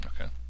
Okay